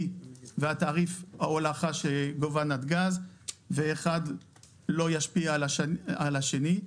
ותעריף ההולכה שגובה נתג"ז ואחד לא ישפיע על השני.